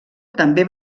també